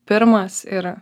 pirmas ir